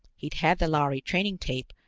he'd had the lhari training tape,